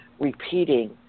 repeating